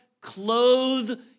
clothe